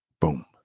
Boom